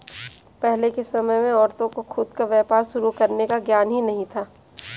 पहले के समय में औरतों को खुद का व्यापार शुरू करने का ज्ञान ही नहीं था